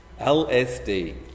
LSD